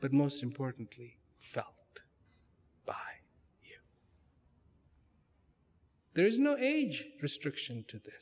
but most importantly felt by there is no age restriction to